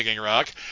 rock